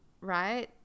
right